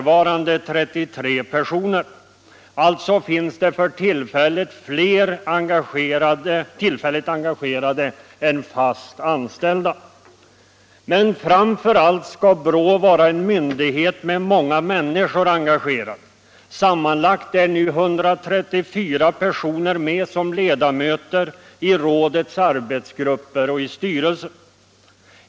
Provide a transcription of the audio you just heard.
33 personer. Alltså finns det fler tillfälligt engagerade än fast anställda. Men framför allt skall BRÅ vara en myndighet med många människor engagerade - sammanlagt är nu 134 personer med som ledamöter i rådets arbetsgrupper och i styrelsen.